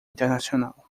internacional